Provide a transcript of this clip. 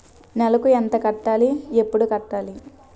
నెలకు ఎంత కట్టాలి? ఎప్పుడు కట్టాలి?